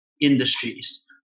industries